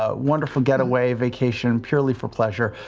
ah wonderful getaway vacation purely for pleasure,